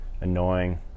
annoying